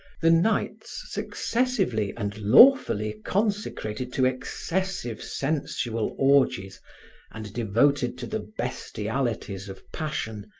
the nights successively and lawfully consecrated to excessive sensual orgies and devoted to the bestialities of passion,